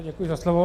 Děkuji za slovo.